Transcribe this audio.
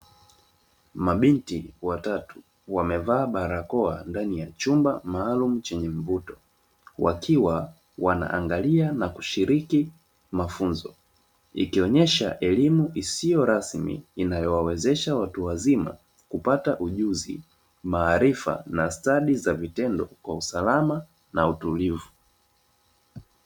Mabinti watatu wamevaa barakoa ndani ya chumba maalumu chenye mvuto wakiwa wanaangalia na kushiriki mafunzo, ikionyesha elimu isiyo rasmi inayowawezesha watu wazima kupata ujuzi, maarifa na stadi za vitendo kwa usalama na utulivu.